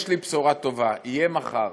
יש לי בשורה טובה: יהיה מחר,